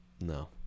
no